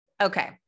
okay